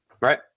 right